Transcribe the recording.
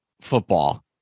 Football